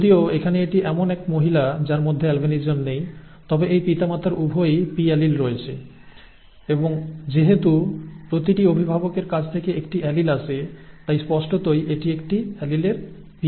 যদিও এখানে এটি এমন এক মহিলা যার মধ্যে অ্যালবিনিজম নেই তবে এই পিতামাতার উভয়ই p অ্যালিল রয়েছে এবং যেহেতু প্রতিটি অভিভাবকের কাছ থেকে একটি অ্যালিল আসে তাই স্পষ্টতই এটি একটি অ্যালিলের p হতে হয়